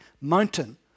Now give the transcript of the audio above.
mountain